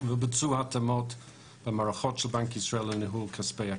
ובוצעו התאמות במערכות של בנק ישראל לניהול כספי הקרן.